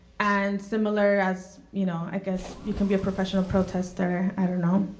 and similar as you know i guess you can be a professional protestor, i don't know,